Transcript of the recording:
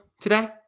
today